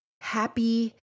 happy